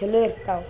ಛಲೋ ಇರ್ತವ್